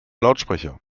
lautsprecher